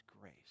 grace